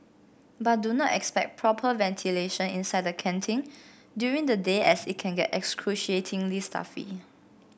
but do not expect proper ventilation inside the canteen during the day as it can get excruciatingly stuffy